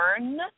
learn